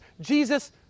Jesus